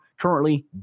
currently